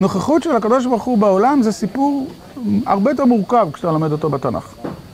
נוכחות של הקדוש ברוך הוא בעולם זה סיפור הרבה יותר מורכב כשאתה לומד אותו בתנ״ך.